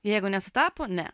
jeigu nesutapo ne